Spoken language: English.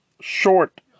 short